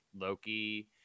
loki